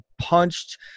punched